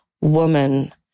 woman